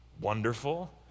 wonderful